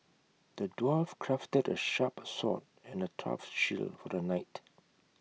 the dwarf crafted A sharp sword and A tough shield for the knight